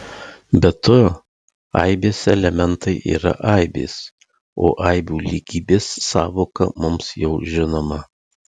be to aibės elementai yra aibės o aibių lygybės sąvoka mums jau žinoma